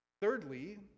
Thirdly